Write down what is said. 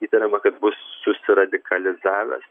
įtariama kad bus susiradikalizavęs